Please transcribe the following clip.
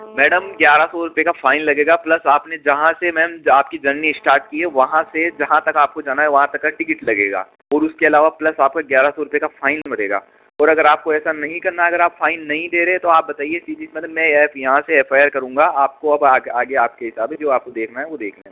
madam ग्यारह सौ रुपये का फाइन लगेगा प्लस आपने जहाँ से मेम आपकी जर्नी स्टार्ट की है वहाँ से जहाँ तक आपको जाना है वहाँ तक का टिकट लगेगा और उसके अलावा प्लस आपका ग्यारह सौ रुपये का फाइन बनेगा और अगर आपको ऐसा नहीं करना है अगर आप फाइन नहीं दे रहे है तो आप बताइए सीधी सी मतलब मैं ये यहाँ से एफ़ आई आर करूँगा आपको अब आगे आपके हिसाब है जो आपको देखना है वह देख लेना